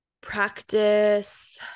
practice